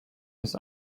his